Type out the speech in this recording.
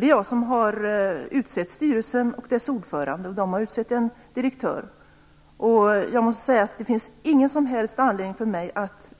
Det är jag som har utsett styrelsen och dess ordförande, och de har utsett en direktör. Det finns ingen som helst anledning för mig att